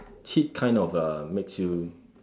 heat kind of uh makes you